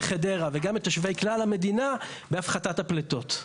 חדרה וגם את תושבי כלל המדינה בהפחתת הפליטות.